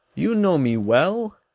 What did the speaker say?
you know me well,